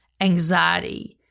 anxiety